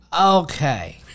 Okay